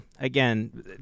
again